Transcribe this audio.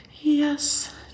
Yes